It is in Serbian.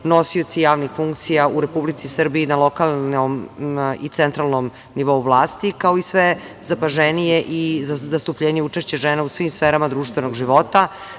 nosioci javnih funkcija u Republici Srbiji na lokalnom i centralnom nivou vlasti, kao i sve zapaženije i zastupljenije učešće žena u svim sferama društvenog života